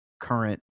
current